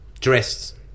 dressed